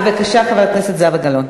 בבקשה, חברת הכנסת זהבה גלאון.